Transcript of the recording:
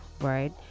right